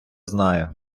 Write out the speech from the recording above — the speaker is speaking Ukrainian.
знаю